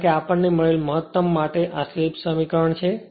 કારણ કે આપણને મળેલ મહત્તમ માટે આ સ્લીપ સમીકરણ છે